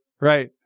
right